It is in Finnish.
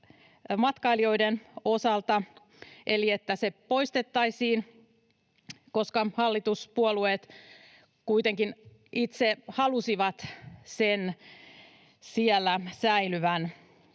matkailijoiden osalta eli siihen, että se poistettaisiin. Hallituspuolueet itse halusivat sen siellä säilyvän.